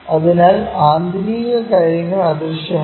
അതിനാൽ ആന്തരിക കാര്യങ്ങൾ അദൃശ്യമാണ്